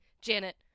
Janet